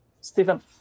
Stephen